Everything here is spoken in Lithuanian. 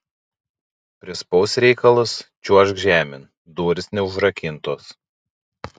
prispaus reikalas čiuožk žemėn durys neužrakintos